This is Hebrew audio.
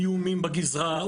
איומים בגזרה.